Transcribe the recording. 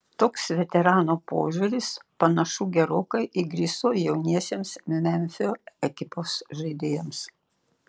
toks veterano požiūris panašu gerokai įgriso jauniesiems memfio ekipos žaidėjams